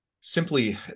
simply